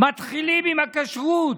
מתחילים עם הכשרות,